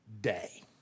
day